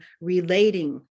relating